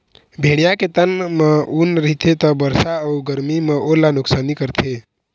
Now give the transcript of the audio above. भेड़िया के तन म ऊन रहिथे त बरसा अउ गरमी म ओला नुकसानी करथे